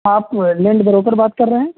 آپ land broker بات کر رہے ہیں